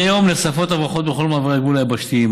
מדי יום נחשפות הברחות בכל מעברי הגבול היבשתיים,